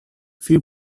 few